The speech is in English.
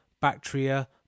Bactria